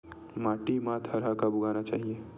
माटी मा थरहा कब उगाना चाहिए?